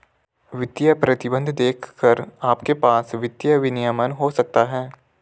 वित्तीय प्रतिबंध देखकर आपके पास वित्तीय विनियमन हो सकता है